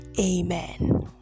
Amen